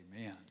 amen